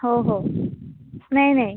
हो हो नाही नाही